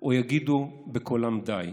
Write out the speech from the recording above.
או יגידו בקולם: די,